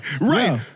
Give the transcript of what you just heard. Right